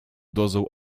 dozą